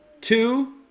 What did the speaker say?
two